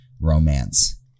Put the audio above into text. romance